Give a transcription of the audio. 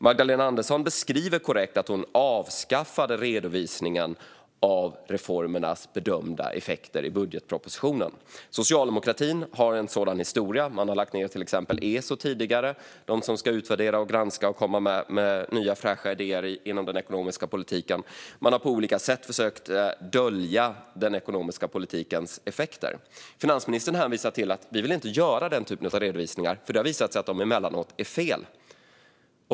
Magdalena Andersson beskriver korrekt att hon avskaffade redovisningen i budgetpropositionen av reformernas bedömda effekter. Socialdemokratin har en sådan historia. Man har tidigare lagt ned till exempel ESO, som skulle utvärdera, granska och komma med nya fräscha idéer inom den ekonomiska politiken. Man har på olika sätt försökt dölja den ekonomiska politikens effekter. Finansministern hänvisar till att man inte vill göra denna typ av redovisningar, eftersom det har visat sig att de emellanåt är fel.